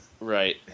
Right